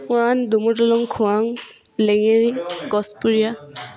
মৰাণ দোমৰ দলং খোৱাং লেঙেৰি গছপুৰীয়া